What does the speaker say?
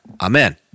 Amen